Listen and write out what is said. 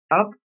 up